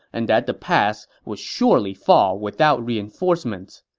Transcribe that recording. and that the pass would surely fall without reinforcements.